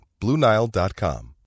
BlueNile.com